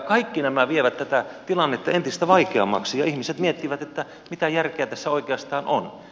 kaikki nämä vievät tätä tilannetta entistä vaikeammaksi ja ihmiset miettivät että mitä järkeä tässä oikeastaan on